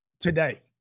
today